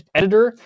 editor